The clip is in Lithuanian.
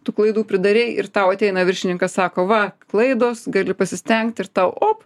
tu klaidų pridarei ir tau ateina viršininkas sako va klaidos gali pasistengt ir tau op